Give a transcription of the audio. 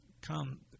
come